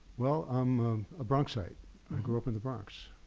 well, i'm a bronxite i grew up in the bronx.